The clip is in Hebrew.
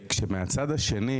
כשמהצד השני,